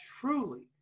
truly